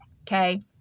okay